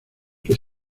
que